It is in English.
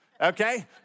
Okay